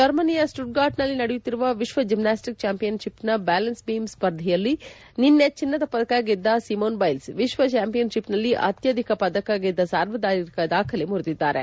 ಜರ್ಮನಿಯ Stuttgart ನಲ್ಲಿ ನಡೆಯುತ್ತಿರುವ ವಿಶ್ವ ಜಿಮ್ನಾಸ್ವಿಕ್ಲೆ ಚಾಂಪಿಯನ್ ಷಿಪ್ ನ ಬ್ಯಾಲೆನ್ಲ್ ಬೀಮ್ ಸ್ಪರ್ಧೆಯಲ್ಲಿ ನಿನ್ನೆ ಚಿನ್ನದ ಪದಕ ಗೆದ್ದ ಸಿಮೋನ್ ಬೈಲ್ಸ್ ವಿಶ್ವ ಚಾಂಪಿಯನ್ಷಿಪ್ನಲ್ಲಿ ಅತ್ಲಧಿಕ ಪದಕ ಗೆದ್ದ ಸಾರ್ವಕಾಲಿಕ ದಾಖಲೆ ಮುರಿದಿದ್ದಾರೆ